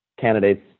candidates